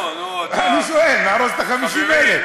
אני שואל: נהרוס את ה-50,000?